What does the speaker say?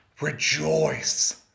rejoice